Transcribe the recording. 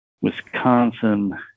Wisconsin